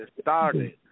started